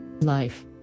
life